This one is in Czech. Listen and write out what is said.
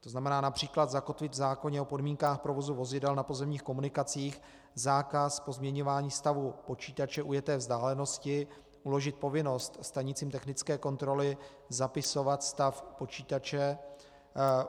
To znamená, například zakotvit v zákoně o podmínkách provozu vozidel na pozemních komunikacích zákaz pozměňování stavu počítače ujeté vzdálenosti, uložit povinnost stanicím technické kontroly zapisovat stav počítače